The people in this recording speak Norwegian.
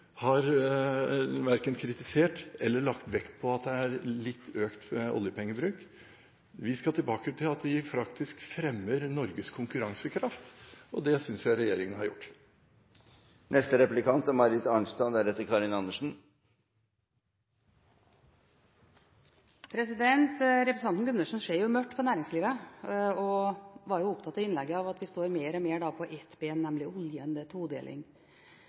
verken har kritisert eller lagt vekt på at det er litt økt oljepengebruk. Vi skal tilbake til at vi faktisk fremmer Norges konkurransekraft, og det synes jeg regjeringen har gjort. Representanten Gundersen ser mørkt på næringslivet, og var i innlegget opptatt av at vi står mer og mer på ett bein, nemlig oljen – og todeling. Spørsmålet er